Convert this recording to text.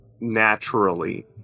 naturally